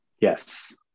Yes